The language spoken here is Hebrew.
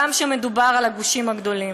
גם כשמדובר על הגושים הגדולים.